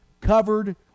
covered